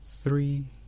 three